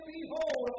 Behold